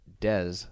des